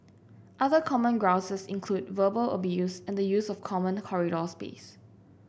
other common grouses include verbal abuse and the use of common corridor space